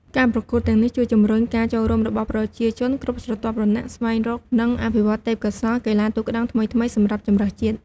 ការប្រកួតទាំងនេះជួយជំរុញការចូលរួមរបស់ប្រជាជនគ្រប់ស្រទាប់វណ្ណៈ ស្វែងរក និងអភិវឌ្ឍន៍ទេពកោសល្យកីឡាទូកក្ដោងថ្មីៗសម្រាប់ជម្រើសជាតិ។